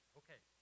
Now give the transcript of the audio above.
okay